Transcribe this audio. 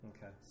Okay